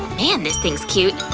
man, this thing's cute.